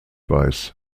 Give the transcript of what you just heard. weiß